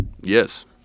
Yes